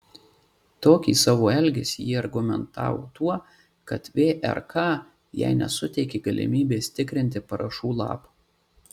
tokį savo elgesį ji argumentavo tuo kad vrk jai nesuteikė galimybės tikrinti parašų lapų